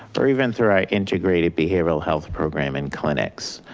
or even through our integrated behavioral health program and clinics.